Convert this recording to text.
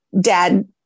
dad